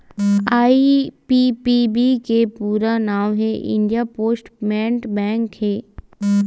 IPPB के पूरा नांव हे इंडिया पोस्ट पेमेंट बेंक हे